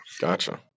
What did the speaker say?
gotcha